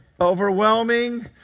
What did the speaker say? Overwhelming